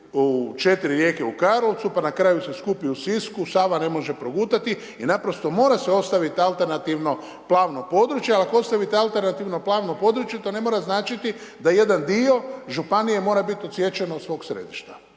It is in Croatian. u 4 rijeke u Karlovcu, pa na kraju se skupi u Sisku Sava ne može progutati i naprosto mora se napraviti alternativno plavno područje. Ali ako ostavite alternativno plavno područje, to ne mora značiti da jedan dio županije mora biti odsječen od svog središta.